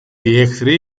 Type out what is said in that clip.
εχθροί